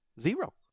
zero